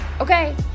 okay